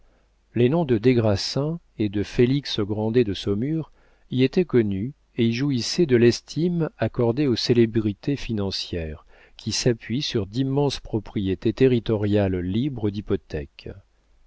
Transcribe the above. les noms de des grassins et de félix grandet de saumur y étaient connus et y jouissaient de l'estime accordée aux célébrités financières qui s'appuient sur d'immenses propriétés territoriales libres d'hypothèques